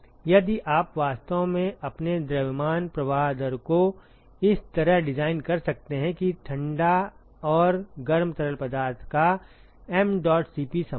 यदि आप वास्तव में अपने द्रव्यमान प्रवाह दर को इस तरह डिज़ाइन कर सकते हैं कि ठंड और गर्म तरल पदार्थ का mdot Cp समान हो